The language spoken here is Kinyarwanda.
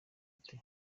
ati